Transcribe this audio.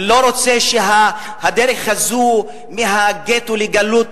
לא רוצה שהדרך הזאת מהגטו לגלות תתממש,